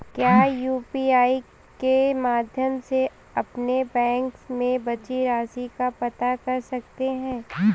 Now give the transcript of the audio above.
क्या यू.पी.आई के माध्यम से अपने बैंक में बची राशि को पता कर सकते हैं?